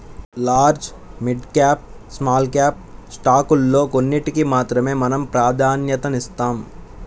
large, mid cap, small cap స్టాకుల్లో కొన్నిటికి మాత్రమే మనం ప్రాధన్యతనిస్తాం